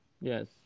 Yes